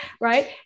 right